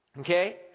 Okay